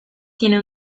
tiene